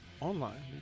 online